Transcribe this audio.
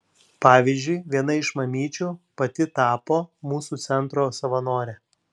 pavyzdžiui viena iš mamyčių pati tapo mūsų centro savanore